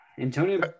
Antonio